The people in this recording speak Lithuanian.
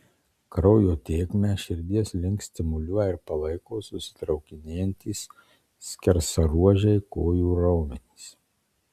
kraujo tėkmę širdies link stimuliuoja ir palaiko susitraukinėjantys skersaruožiai kojų raumenys